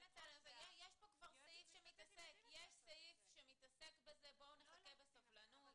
--- יש סעיף שמתעסק בזה, בואו נחכה בסבלנות.